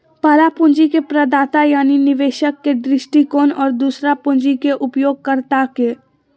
पहला पूंजी के प्रदाता यानी निवेशक के दृष्टिकोण और दूसरा पूंजी के उपयोगकर्ता के